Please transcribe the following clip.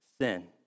sin